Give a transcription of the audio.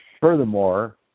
Furthermore